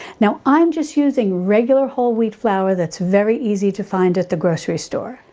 now i'm just using regular whole wheat flour that's very easy to find at the grocery store.